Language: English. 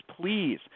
Please